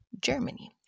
Germany